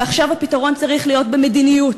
ועכשיו הפתרון צריך להיות במדיניות,